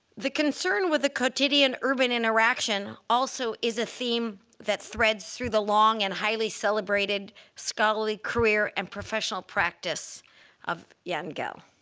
the concern with the quotidian urban interaction also is a theme that threads through the long and highly celebrated scholarly career and professional practice of jan gehl.